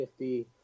50